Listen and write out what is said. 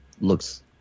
looks